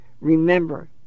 Remember